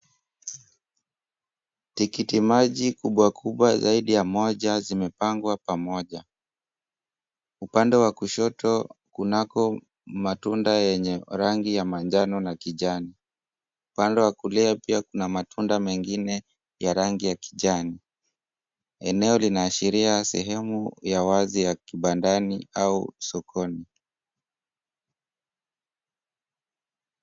Tikiti maji kubwa kubwa zaidi ya moja zimepangwa pamoja. Upande wa kushoto kunako matunda yenye rangi ya manjano na kijani. Upande wa kulia pia kuna matunda mengine ya rangi ya kijani. Eneo linaashiria sehemu ya wazi ya kibandani au sokoni.